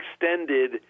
extended